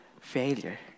failure